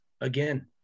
again